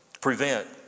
prevent